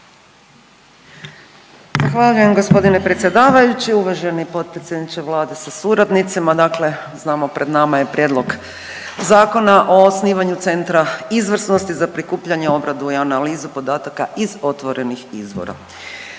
Zahvaljujem g. predsjedavajući, uvaženi potpredsjedniče Vlade sa suradnicima. Dakle znamo, pred nama je Prijedlog Zakona o osnivanju Centra izvrsnosti za prikupljanje, obradu i analizu podataka iz otvorenih izvora.